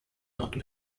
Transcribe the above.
not